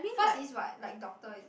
first is what like doctor is it